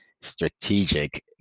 strategic